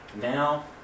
now